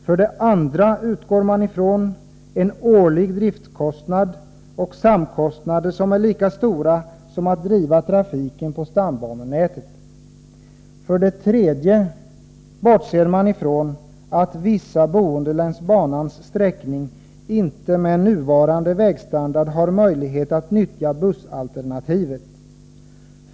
För det andra utgår man ifrån en årlig driftkostnad och samkostnader som är lika stora som kostnaderna för att driva trafiken på stambanenätet. För det tredje bortser man ifrån att vissa boende längs banans sträckning inte med nuvarande vägstandard har möjlighet att utnyttja bussalternativet.